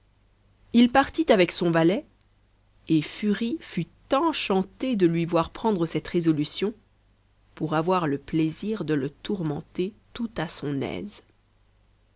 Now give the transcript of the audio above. il partit avec son valet et furie fut enchantée de lui voir prendre cette résolution pour avoir le plaisir de le tourmenter tout à son aise